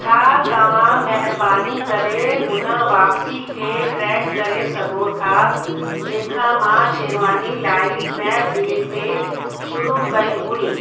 छा तव्हां महिरबानी करे हुन वापिसी खे ट्रैक करे सघो था जंहिंखां मां शेरवानी लाइ स्नैपडील ते शुरू कई हुई